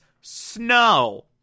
Snow